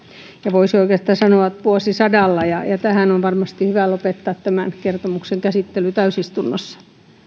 voisi oikeastaan sanoa että vuosisadalla tähän on varmasti hyvä lopettaa tämän kertomuksen käsittely täysistunnossa